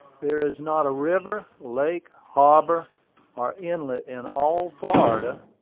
there is not a river, lake, harbor or inlet in all florida,